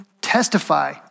testify